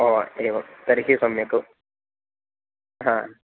हो एवं तर्हि सम्यक् हा